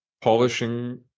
polishing